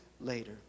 later